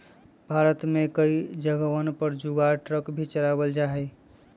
भारत में कई जगहवन पर जुगाड़ ट्रक भी चलावल जाहई